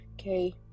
okay